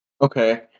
Okay